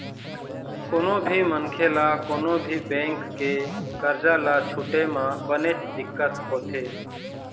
कोनो भी मनखे ल कोनो भी बेंक के करजा ल छूटे म बनेच दिक्कत होथे